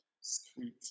Sweet